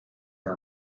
are